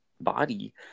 body